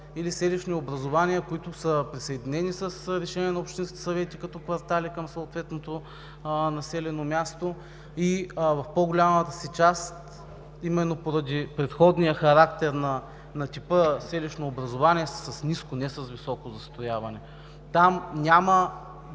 са селища, които са присъединени с решение на общинските съвети като квартали към съответното населено място и в по-голямата си част, именно поради предходния характер на типа селищно образувание, са с ниско, а не с високо застрояване. Там няма